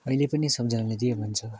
अहिले पनि सम्झनाले जे भन्छ